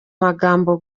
magambo